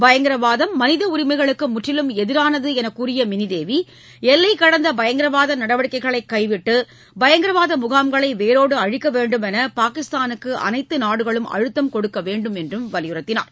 பயங்கரவாதம் மனித உரிமைகளுக்கு முற்றிலும் எதிரானது என்று கூறிய மினி தேவி எல்லை கடந்த பயங்கரவாத நடவடிக்கைகளை கைவிட்டு பயங்கரவாத முகாம்களை வேரோடு அழிக்க வேண்டுமென்று பாகிஸ்தானுக்கு அனைத்து நாடுகளும் அழுத்தம் கொடுக்க வேண்டுமென்று வலியுறுத்தினார்